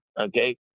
okay